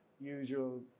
usual